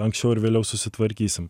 anksčiau ar vėliau susitvarkysim